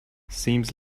seems